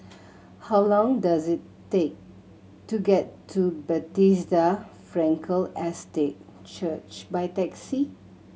how long does it take to get to Bethesda Frankel Estate Church by taxi